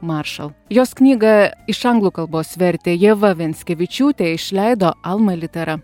maršal jos knygą iš anglų kalbos vertė ieva venskevičiūtė išleido alma littera